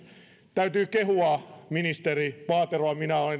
täytyy kehua ministeri paateroa minä